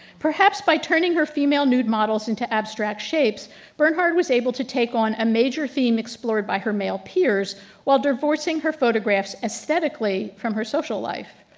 perhaps by turning her female nude models into abstract shapes bernhard was able to take on a major major theme explored by her male peers while divorcing her photographs aesthetically from her social life.